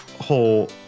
whole